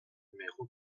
numéro